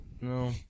No